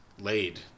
Laid